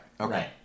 Okay